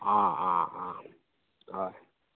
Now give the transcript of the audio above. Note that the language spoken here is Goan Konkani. आं आं आं हय